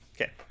Okay